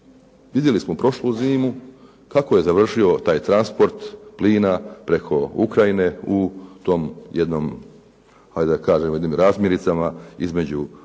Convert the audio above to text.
Vidjeli smo prošlu zimu kako je završio taj transport plina preko Ukrajine u tom jednom, ajde da kažem jednim razmiricama između Ukrajine